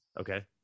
Okay